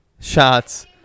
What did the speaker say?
shots